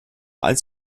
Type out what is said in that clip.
als